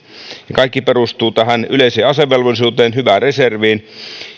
kaikki perustuu tähän yleiseen asevelvollisuuteen hyvään reserviin